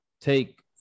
take